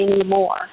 anymore